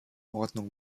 ordnung